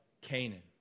Canaan